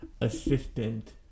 assistant